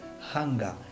hunger